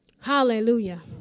hallelujah